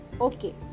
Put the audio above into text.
okay